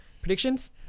Predictions